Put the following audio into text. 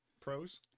pros